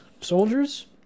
soldiers